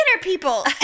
people